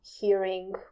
hearing